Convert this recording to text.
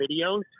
videos